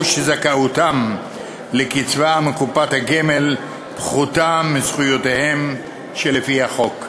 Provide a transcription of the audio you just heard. או שזכאותם לקצבה מקופת הגמל פחותה מזכויותיהם שלפי החוק.